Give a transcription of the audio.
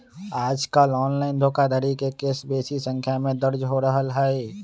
याजकाल ऑनलाइन धोखाधड़ी के केस बेशी संख्या में दर्ज हो रहल हइ